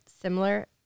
similar